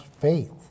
faith